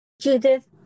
Judith